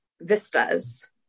vistas